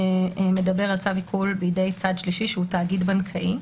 שמדבר על צו עיקול בידי צד שלישי שהוא תאגיד בנקאי.